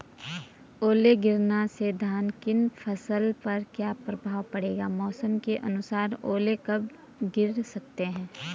ओले गिरना से धान की फसल पर क्या प्रभाव पड़ेगा मौसम के अनुसार ओले कब गिर सकते हैं?